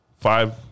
five